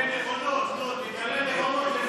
לפחות תגלה נכונות.